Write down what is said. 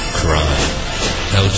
crime